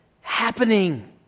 happening